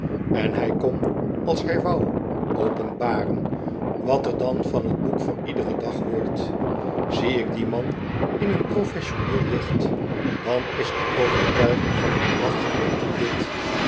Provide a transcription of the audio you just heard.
en hij kon als hij wou openbaren wat er dan van t boek voor iederen dag wordt zie ik dien man in een professioneel licht dan is de overtuiging van mijn laf geweten dit